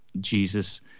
Jesus